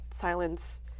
silence